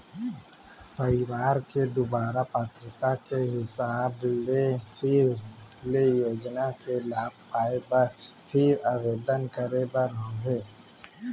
परवार के दुवारा पात्रता के हिसाब ले फेर ले योजना के लाभ पाए बर फेर आबेदन करे बर होही